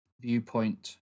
viewpoint